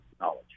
knowledge